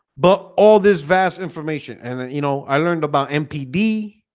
but all this vast information and then you know, i learned about mtd